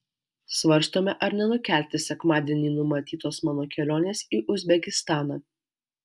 svarstome ar nenukelti sekmadienį numatytos mano kelionės į uzbekistaną